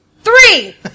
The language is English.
Three